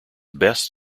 best